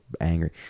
angry